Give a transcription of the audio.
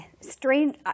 strange